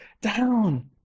down